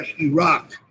Iraq